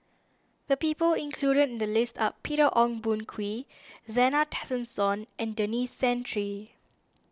the people included in the list are Peter Ong Boon Kwee Zena Tessensohn and Denis Santry